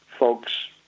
folks